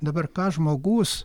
dabar ką žmogus